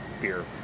beer